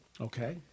Okay